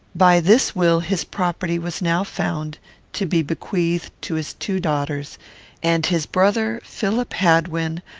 by this will his property was now found to be bequeathed to his two daughters and his brother, philip hadwin,